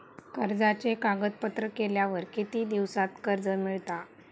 कर्जाचे कागदपत्र केल्यावर किती दिवसात कर्ज मिळता?